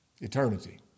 eternity